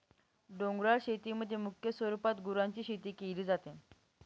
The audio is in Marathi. डोंगराळ शेतीमध्ये मुख्य स्वरूपात गुरांची शेती केली जाते